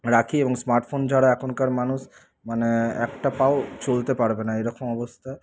রাখি এবং smartphone ছাড়া এখনকার মানুষ মানে একটা পাও চলতে পারবে না এরকম অবস্থা